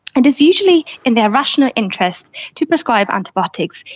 and is usually in their rational interest to prescribe antibiotics,